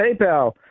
PayPal